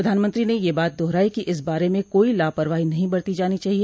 प्रधानमंत्री ने यह बात दोहराई कि इस बारे में कोई लापरवाही नहीं बरती जानी चाहिए